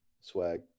Swag